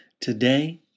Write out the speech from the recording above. today